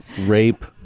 rape